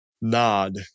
nod